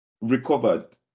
recovered